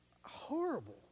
horrible